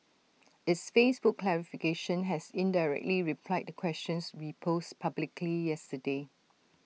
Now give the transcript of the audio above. its Facebook clarification has indirectly replied the questions we posed publicly yesterday